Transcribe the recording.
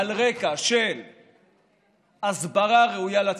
על רקע של הסברה ראויה לציבור,